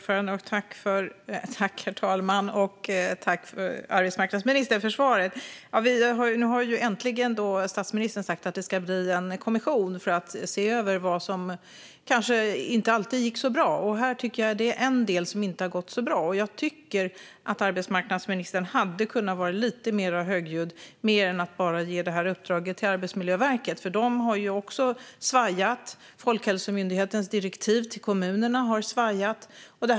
Herr talman! Tack, arbetsmarknadsministern, för svaret! Nu har statsministern äntligen sagt att det ska tillsättas en kommission för att se över vad som kanske inte alltid gick så bra. Detta är en del som inte har gått så bra, och jag tycker att arbetsmarknadsministern hade kunnat vara lite mer högljudd än att bara ge uppdraget till Arbetsmiljöverket. De har ju också svajat. Folkhälsomyndighetens direktiv till kommunerna har svajat.